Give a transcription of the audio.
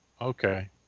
Okay